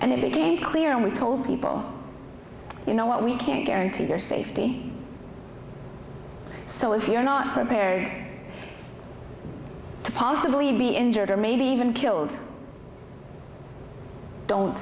it became clear and we told people you know what we can't guarantee your safety so if you're not prepared to possibly be injured or maybe even killed don't